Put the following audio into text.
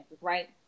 right